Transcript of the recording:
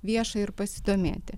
vieša ir pasidomėti